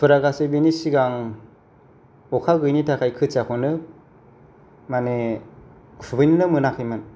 फुरागासे बिनि सिगां अखा गैयैनि थाखाय खोथियाखौनो माने खुबैनोनो मोनाखैमोन